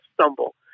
stumble